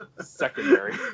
secondary